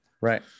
Right